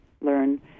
learn